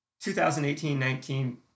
2018-19